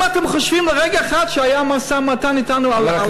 אם אתם חושבים לרגע אחד שהיה משא-ומתן אתנו על הנטל,